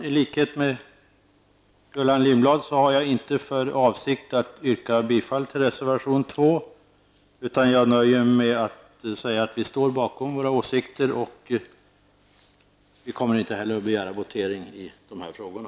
I likhet med Gullan Lindblad har jag inte för avsikt att yrka bifall till reservation 2, utan jag nöjer mig med att säga att vi står för våra åsikter. Vi kommer inte heller att begära votering i de här frågorna.